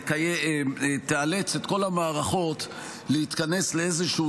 בהחלט תיאלץ את כל המערכות להתכנס לאיזשהו